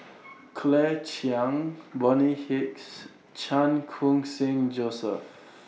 Claire Chiang Bonny Hicks Chan Khun Sing Joseph